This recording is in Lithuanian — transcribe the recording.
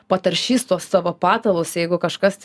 pataršys tuos savo patalus jeigu kažkas